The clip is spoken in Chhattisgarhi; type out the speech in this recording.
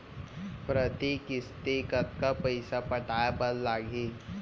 प्रति किस्ती कतका पइसा पटाये बर लागही?